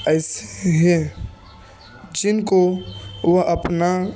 ایسی ہیں جن کو وہ اپنا